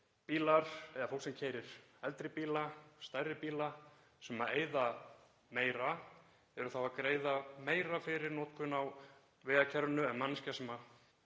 að fólk sem keyrir eldri bíla, stærri bíla sem eyða meira, er þá að greiða meira fyrir notkun á vegakerfinu en manneskja sem